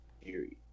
Period